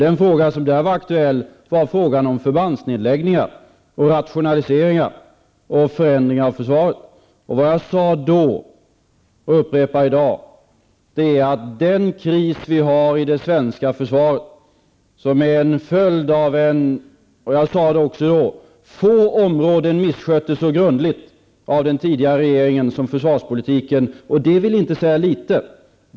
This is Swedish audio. Den fråga som då var aktuell var frågan om förbandsnedläggningar, rationaliseringar och förändringar av försvaret. Jag sade då -- och upprepar i dag -- att få områden missköttes så grundligt av den tidigare regeringen som försvarspolitiken, och det vill inte säga litet.